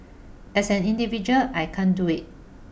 as an individual I can't do it